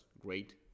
great